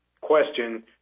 question